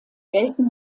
gelten